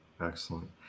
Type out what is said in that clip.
Excellent